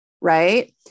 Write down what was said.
Right